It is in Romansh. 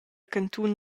cantun